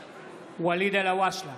(קורא בשמות חברי הכנסת) ואליד אלהואשלה,